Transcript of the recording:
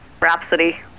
Rhapsody